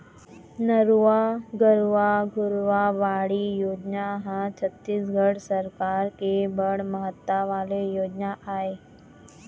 नरूवा, गरूवा, घुरूवा, बाड़ी योजना ह छत्तीसगढ़ सरकार के बड़ महत्ता वाले योजना ऐ